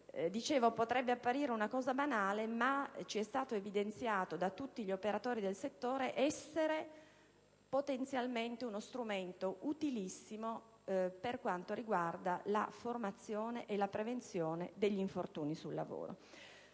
Dicevo che potrebbe apparire una banalità ma ci è stato evidenziato da tutti gli operatori del settore essere, potenzialmente, uno strumento utilissimo per quanto riguarda la formazione e la prevenzione degli infortuni sul lavoro.